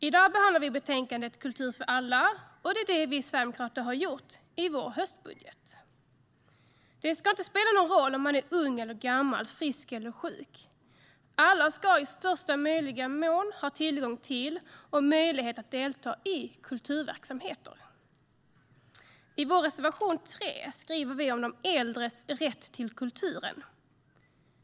I dag behandlar vi betänkandet Kultur för alla , och det är det vi sverigedemokrater har betonat i vår höstbudget - kultur för alla. Det ska inte spela någon roll om man är ung eller gammal, frisk eller sjuk. Alla ska i största möjliga mån ha tillgång till och möjlighet att delta i kulturverksamheter. I vår reservation 3 skriver vi om de äldres rätt till kulturen.